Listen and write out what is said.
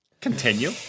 Continue